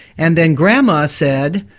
and then grandma said,